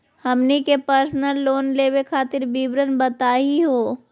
हमनी के personal loan लेवे खातीर विवरण बताही हो?